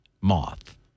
moth